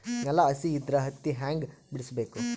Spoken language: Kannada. ನೆಲ ಹಸಿ ಇದ್ರ ಹತ್ತಿ ಹ್ಯಾಂಗ ಬಿಡಿಸಬೇಕು?